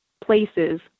places